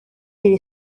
iri